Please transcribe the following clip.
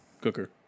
Cooker